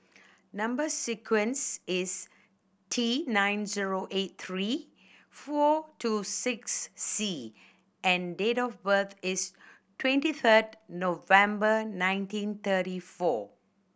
number sequence is T nine zero eight three four two six C and date of birth is twenty third November nineteen thirty four